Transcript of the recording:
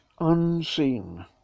unseen